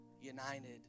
united